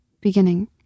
beginning